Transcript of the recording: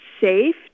safe